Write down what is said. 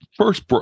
First